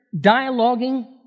dialoguing